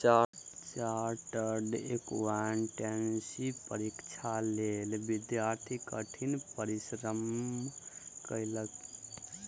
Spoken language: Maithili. चार्टर्ड एकाउंटेंसी परीक्षाक लेल विद्यार्थी कठिन परिश्रम कएलक